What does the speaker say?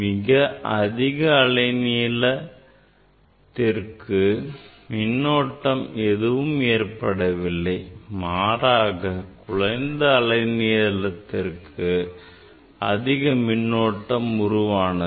மிக அதிக அலை நீளத்திற்கு மின்னோட்டம் எதுவும் ஏற்படவில்லை மாறாக குறைந்த அலை நீளத்திற்கும் அதிக மின்னோட்டம் உருவானது